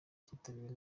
kitabiriwe